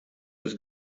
быть